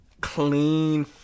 clean